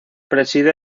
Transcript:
preside